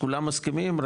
כולם מסכימים,